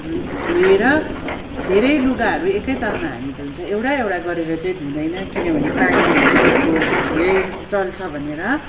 धु धोएर धेरै लुगाहरू एकैतालमा हामी धुन्छौँ एउटा एउटा गरेर चाहिँ धुँदैनौँ किनभने पानीको धेरै चल्छ भनेर